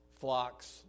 flocks